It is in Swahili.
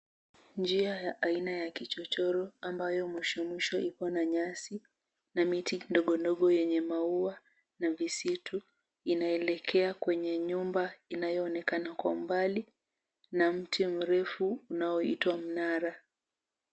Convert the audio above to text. Njia ya aina ya kichochoro ambayo mwisho mwisho ipo n nyasi na miti ndogo ndogo yenye maua na visitu inaelekea kwenye nyumba inayoonekana kwa mbali na mti mrefu unaoitwa mnara.